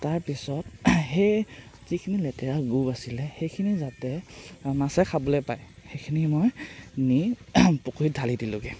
তাৰপিছত সেই যিখিনি লেতেৰা গু আছিলে সেইখিনি যাতে মাছে খাবলৈ পায় সেইখিনি মই নি পুখুৰীত ঢালি দিলোঁগৈ